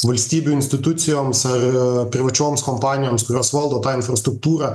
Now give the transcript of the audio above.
valstybių institucijoms ar privačioms kompanijoms kurios valdo tą infrastruktūrą